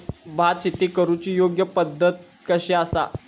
भात शेती करुची योग्य पद्धत कशी आसा?